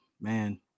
man